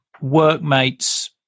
workmates